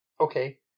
Okay